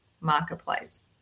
marketplace